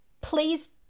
please